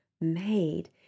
Made